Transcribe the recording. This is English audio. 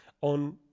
on